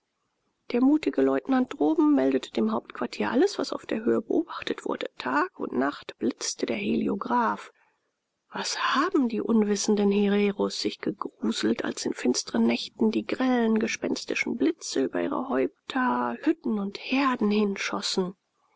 der mutige leutnant droben meldete dem hauptquartier alles was auf der höhe beobachtet wurde tag und nacht blitzte der heliograph was haben die unwissenden hereros sich gegruselt als in finstren nächten die grellen gespenstischen blitze über ihre häupter hütten und herden hinschossen